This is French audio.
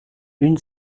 une